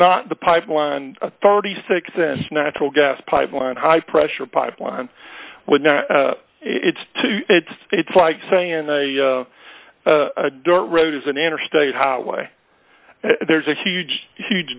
not the pipeline authorities think this natural gas pipeline high pressure pipeline would not it's too it's it's like saying a a dirt road is an interstate highway there's a huge huge